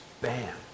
Bam